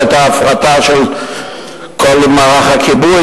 איפה היתה הפרטה של כל מערך הכיבוי?